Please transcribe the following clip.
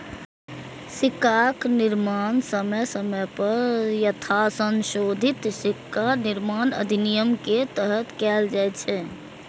सिक्काक निर्माण समय समय पर यथासंशोधित सिक्का निर्माण अधिनियम के तहत कैल जाइ छै